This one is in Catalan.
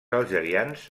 algerians